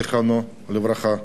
זיכרונו לברכה.